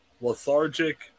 lethargic